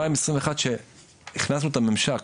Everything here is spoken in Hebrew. ב-2021 שהכנסנו את הממשק,